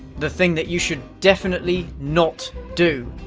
the thing that you should definitely not do.